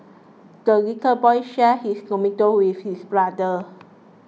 the little boy shared his tomato with his brother